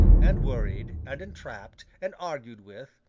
and worried, and entrapped, and argued with,